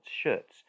shirts